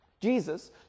Jesus